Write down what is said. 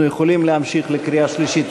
אנחנו יכולים להמשיך לקריאה השלישית.